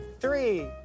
three